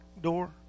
door